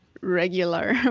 Regular